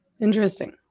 Interesting